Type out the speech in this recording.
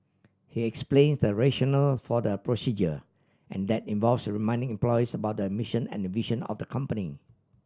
he explains the rationale for the procedures and that involves reminding employees about the mission and vision of the company